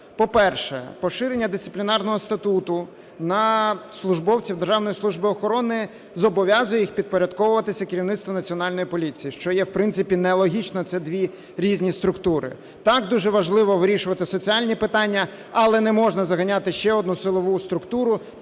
По-перше, поширення дисциплінарного статуту на службовців Державної служби охорони зобов'язує їх підпорядковуватись керівництву Національної поліції, що є, в принципі, нелогічно, це дві різні структури. Так, дуже важливо вирішувати соціальні питання, але не можна заганяти ще одну силову структуру